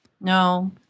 no